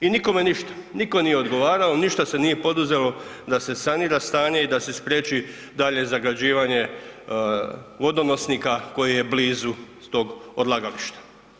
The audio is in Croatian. I nikome ništa, niko nije odgovarao, ništa se nije poduzelo da se sanira stanje i da se spriječi daljnje zagađivanje vodonosnika koji je blizu tog odlagališta.